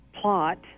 plot